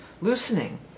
loosening